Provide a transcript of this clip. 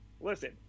listen